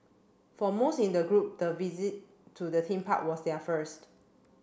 for most in the group the visit to the theme park was their first